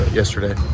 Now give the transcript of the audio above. yesterday